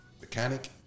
mechanic